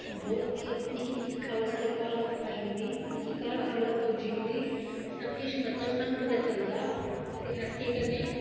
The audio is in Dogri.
बहुत निक्की निक्की खब़र साढ़े घार आई जंदी घार खब़र पुज्जी जंदी ते फिर सानू एह् पता चलदा